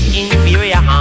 inferior